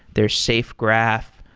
there's safegraph,